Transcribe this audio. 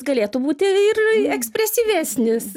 galėtų būti ir ir ekspresyvesnis